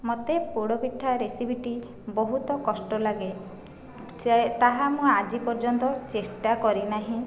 ମୋତେ ପୋଡ଼ପିଠା ରେସିପିଟି ବହୁତ କଷ୍ଟ ଲାଗେ ଯେ ତାହା ମୁଁ ଆଜି ପର୍ଯ୍ୟନ୍ତ ଚେଷ୍ଟା କରିନାହିଁ